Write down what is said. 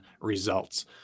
results